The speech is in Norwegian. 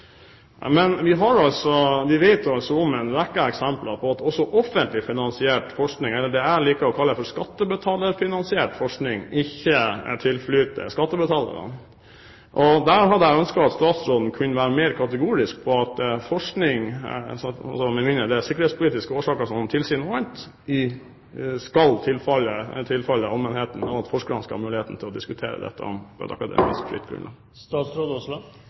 eller det jeg liker å kalle for skattebetalerfinansiert forskning, ikke tilflyter skattebetalerne. Jeg hadde ønsket at statsråden kunne være mer kategorisk på at forskning – med mindre det er sikkerhetspolitiske årsaker som tilsier noe annet – skal tilfalle allmennheten, og at forskerne skal ha muligheten til å diskutere dette på et akademisk